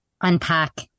unpack